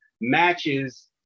matches